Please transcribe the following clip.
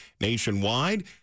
Nationwide